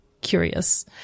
curious